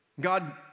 God